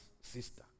sister